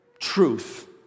truth